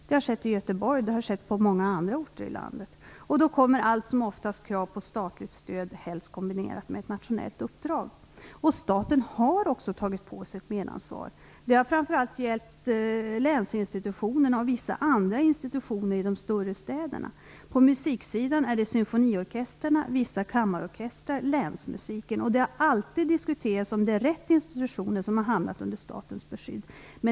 Det har skett i Göteborg och på många andra orter i landet. Då kommer det allt som oftast krav på statligt stöd, helst kombinerat med ett nationellt uppdrag. Staten har också tagit på sig ett medansvar. Det har framför allt gällt länsinstitutionerna och vissa andra institutioner i de större städerna. På musiksidan handlar det om symfoniorkestrarna, vissa kammarorkestrar och länsmusiken. Det har alltid diskuterats om det är rätt institutioner som har hamnat under statens beskydd.